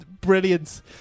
brilliant